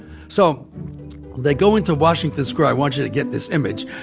so they go into washington square. i want you to get this image.